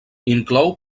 inclou